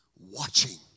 watching